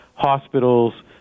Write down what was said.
hospitals